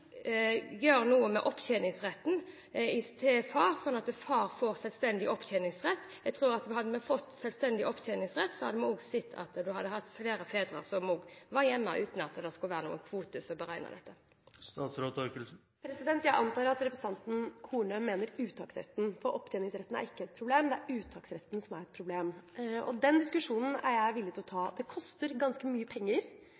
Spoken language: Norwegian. gjøre noe med opptjeningsretten til far, slik at far får selvstendig opptjeningsrett? Jeg tror at hadde vi fått selvstendig opptjeningsrett, hadde også flere fedre vært hjemme, uten at det var noen kvote som beregnet dette. Jeg antar at representanten Horne mener uttaksretten. Opptjeningsretten er ikke et problem, det er uttaksretten som er et problem. Den diskusjonen er jeg villig til å